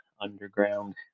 underground